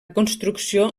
construcció